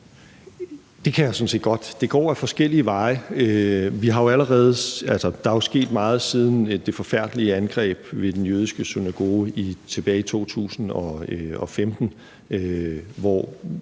jeg sådan set godt. Det går ad forskellige veje. Der er jo sket meget siden det forfærdelige angreb ved den jødiske synagoge tilbage i 2015, hvor